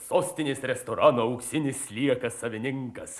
sostinės restorano auksinis sliekas savininkas